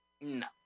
No